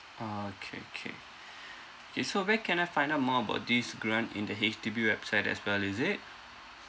orh okay okay K so where can I find out more about this grant in the H_D_B website as well is it